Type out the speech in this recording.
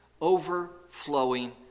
overflowing